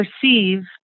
perceive